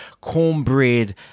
Cornbread